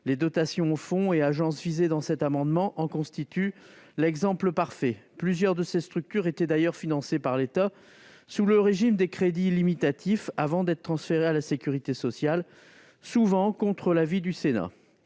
Les dotations aux fonds et agences visées dans cet amendement en constituent l'exemple parfait. Plusieurs de ces structures étaient d'ailleurs financées par l'État sous le régime des crédits limitatifs avant d'être transférées à la sécurité sociale, souvent contre l'avis du Sénat.